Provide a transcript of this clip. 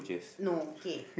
no kay